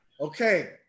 okay